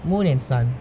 moon and sun